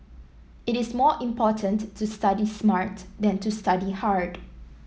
it is more important to study smart than to study hard